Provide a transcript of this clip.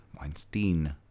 weinstein